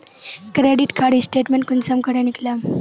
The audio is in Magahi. क्रेडिट कार्ड स्टेटमेंट कुंसम करे निकलाम?